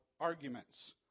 arguments